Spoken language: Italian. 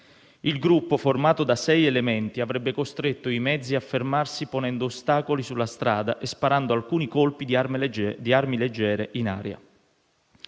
Il gruppo, formato da sei elementi, avrebbe costretto i mezzi a fermarsi ponendo ostacoli sulla strada e sparando alcuni colpi di armi leggere in aria.